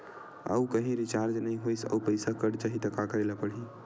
आऊ कहीं रिचार्ज नई होइस आऊ पईसा कत जहीं का करेला पढाही?